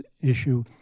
issue